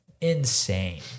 insane